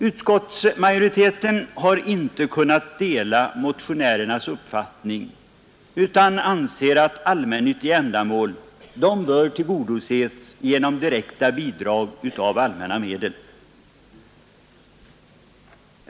Utskottsmajoriteten har inte kunnat dela denna motionärernas uppfattning utan anser att allmännyttiga ändamål bör tillgodoses genom direkta bidrag av allmänna medel.